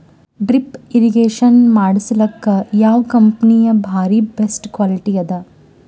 Drip irrigation ಮಾಡಸಲಕ್ಕ ಯಾವ ಕಂಪನಿದು ಬಾರಿ ಬೆಸ್ಟ್ ಕ್ವಾಲಿಟಿ ಅದ?